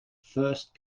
first